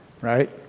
right